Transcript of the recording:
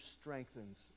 strengthens